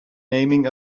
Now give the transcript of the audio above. naming